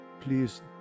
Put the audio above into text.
Please